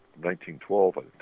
1912